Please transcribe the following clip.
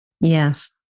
Yes